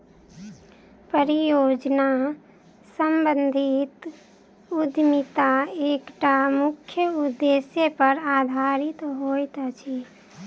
परियोजना सम्बंधित उद्यमिता एकटा मुख्य उदेश्य पर आधारित होइत अछि